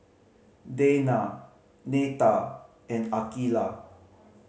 Dayna Neta and Akeelah